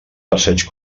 passeig